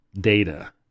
data